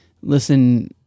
listen